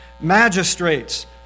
magistrates